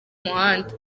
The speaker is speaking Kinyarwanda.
muhanda